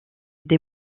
des